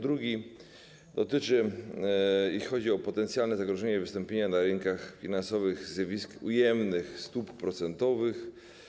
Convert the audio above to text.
Druga grupa - chodzi o potencjalne zagrożenie wystąpienia na rynkach finansowych zjawiska ujemnych stóp procentowych.